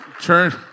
Turn